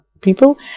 people